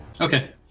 Okay